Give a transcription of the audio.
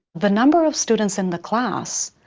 the number of students in the class